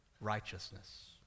righteousness